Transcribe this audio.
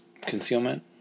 concealment